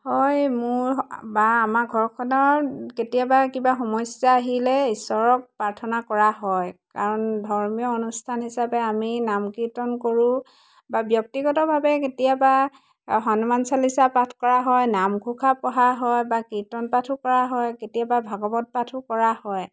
হয় মোৰ বা আমাৰ ঘৰখনৰ কেতিয়াবা কিবা সমস্যা আহিলে ঈশ্বৰক প্ৰাৰ্থনা কৰা হয় কাৰণ ধৰ্মীয় অনুষ্ঠান হিচাপে আমি নাম কীৰ্তন কৰোঁ বা ব্যক্তিগতভাৱে কেতিয়াবা হনুমান চালিচা পাঠ কৰা হয় নামঘোষা পঢ়া হয় বা কীৰ্তন পাঠো কৰা হয় কেতিয়াবা ভাগৱত পাঠো কৰা হয়